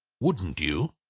wouldn't you?